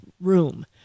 room